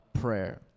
prayer